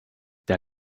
der